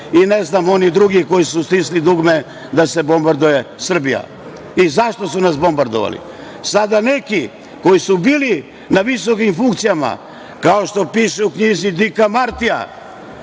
i ne znam oni drugi koji su stisli dugme da se bombarduje Srbija. I zašto su nas bombardovali? Sada neki koji su bili na visokim funkcijama, kao što piše u knjizi Dika Martija,